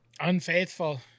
Unfaithful